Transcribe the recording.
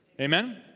Amen